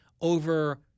over